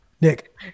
Nick